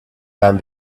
done